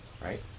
Right